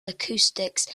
acoustics